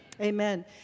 Amen